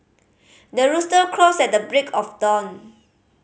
the rooster crows at the break of dawn